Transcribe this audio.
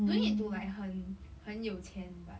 don't need to do like 很很有钱 but